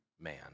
man